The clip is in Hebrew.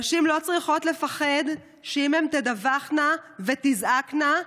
נשים לא צריכות לפחד שאם תדווחנה ותזעקנה,